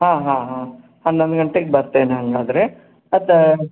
ಹಾಂ ಹಾಂ ಹಾಂ ಹನ್ನೊಂದು ಗಂಟೆಗೆ ಬರ್ತೀನಿ ಹಾಗಾದ್ರೆ ಅದು